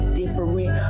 different